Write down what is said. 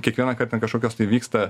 kiekvienąkart ten kažkokios tai vyksta